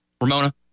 Ramona